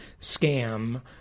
scam